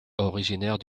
originaire